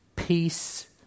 peace